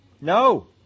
No